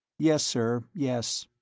yes, sir, yes.